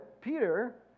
Peter